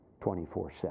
24-7